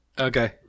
Okay